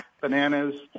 bananas